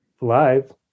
live